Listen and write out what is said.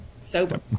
sober